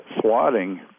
swatting